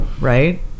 right